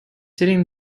sitting